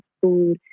food